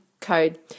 code